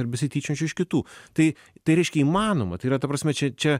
ar besityčiojančių iš kitų tai tai reiškia įmanoma tai yra ta prasme čia čia